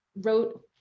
wrote